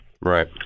right